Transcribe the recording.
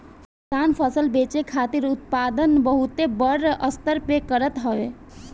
किसान फसल बेचे खातिर उत्पादन बहुते बड़ स्तर पे करत हवे